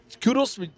kudos